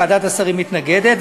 ועדת השרים מתנגדת,